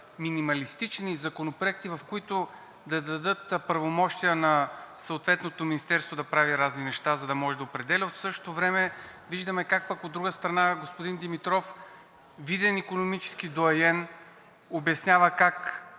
минималистични законопроекти, в които да дадат правомощия на съответното министерство да прави разни неща, за да може да определя. В същото време виждаме как, от друга страна, господин Димитров – виден икономически доайен, обяснява как